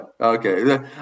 okay